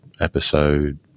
episode